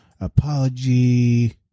apology